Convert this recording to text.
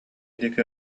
диэки